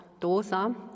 dosa